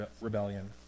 rebellion